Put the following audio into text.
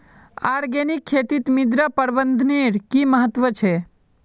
organic खेतीत मृदा प्रबंधनेर कि महत्व छे